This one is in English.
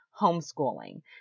homeschooling